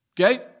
Okay